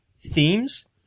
themes